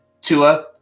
Tua